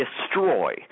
destroy